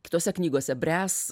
kitose knygose bręs